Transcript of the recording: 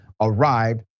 arrived